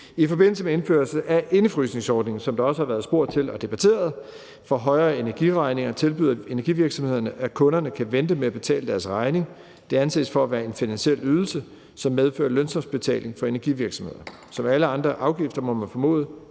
I forbindelse med indførelsen af indefrysningsordningen for højere energiregninger, som der også har været spurgt til og debatteret, tilbyder energivirksomhederne, at kunderne kan vente med at betale deres regning. Det anses for at være en finansiel ydelse, som medfører lønsumsafgift for energivirksomhederne. Som ved alle andre afgifter må man formode,